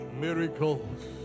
miracles